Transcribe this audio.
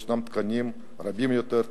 יש תקנים רבים יותר,